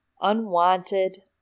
unwanted